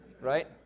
Right